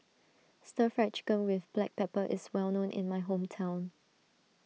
Stir Fried Chicken with Black Pepper is well known in my hometown